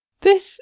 This